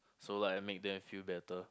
so like I make them feel better